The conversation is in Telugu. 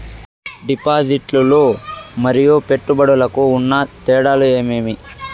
డిపాజిట్లు లు మరియు పెట్టుబడులకు ఉన్న తేడాలు ఏమేమీ?